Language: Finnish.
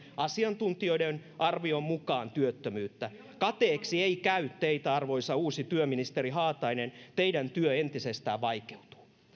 asiantuntijoiden arvion mukaan lisäävät maahamme työttömyyttä kateeksi ei käy teitä arvoisa uusi työministeri haatainen teidän työnne entisestään vaikeutuu